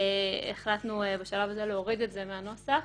שהחלטנו בשלב הזה להוריד את זה מהנוסח.